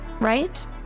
right